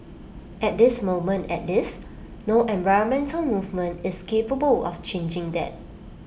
at this moment at least no environmental movement is capable of changing that